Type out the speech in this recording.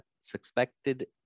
suspected